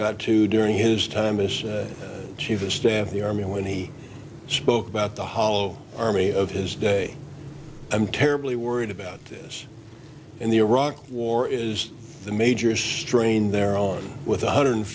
got to during his time as chief of staff of the army when he spoke about the hollow army of his day i'm terribly worried about this and the iraq war is the major strain there on with one hundred